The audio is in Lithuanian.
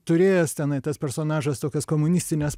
turėjęs tenai tas personažas tokias komunistines